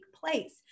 place